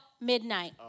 midnight